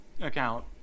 account